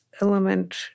element